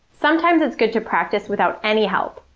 sometimes it's good to practice without any help.